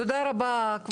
תודה רבה כבודו.